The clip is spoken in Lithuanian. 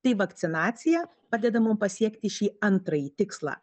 tai vakcinacija padeda mum pasiekti šį antrąjį tikslą